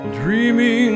dreaming